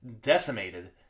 decimated